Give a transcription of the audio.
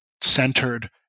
centered